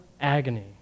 agony